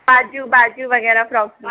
बाजू बाजू वगैरह फ्रॉक की